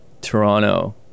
Toronto